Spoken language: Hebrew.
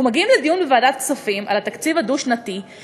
מגיעים לדיון בוועדת כספים על התקציב הדו-שנתי,